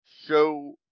show